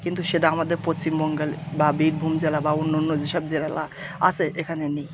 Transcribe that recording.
কিন্তু সেটা আমাদের পশ্চিমবঙ্গে বা বীরভূম জেলা বা অন্য অন্য যে সব জেলা আছে এখানে নেই